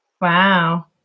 Wow